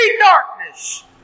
darkness